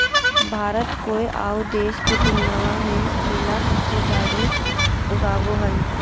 भारत कोय आउ देश के तुलनबा में केला सबसे जाड़े उगाबो हइ